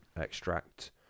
extract